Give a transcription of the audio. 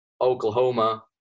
Oklahoma